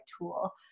tool